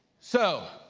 so,